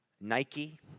Nike